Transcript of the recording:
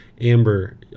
Amber